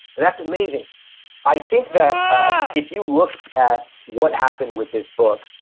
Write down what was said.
and that's amazing i think that ah if you look at what happened with this book,